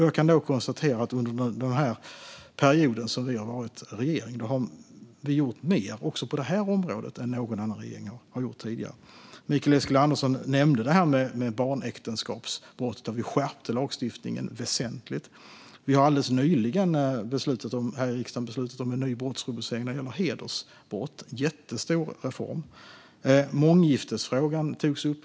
Jag kan konstatera att vi under den period som vi har varit i regering har gjort mer också på detta område än vad någon annan regering har gjort tidigare. Mikael Eskilandersson nämnde barnäktenskapsbrottet. Där skärpte vi lagstiftningen väsentligt. Vi har alldeles nyligen här i riksdagen beslutat om en ny brottsrubricering när det gäller hedersbrott. Det är en jättestor reform. Månggiftesfrågan togs upp.